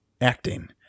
acting